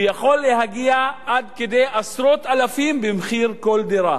ויכול להגיע עד כדי עשרות אלפים במחיר כל דירה.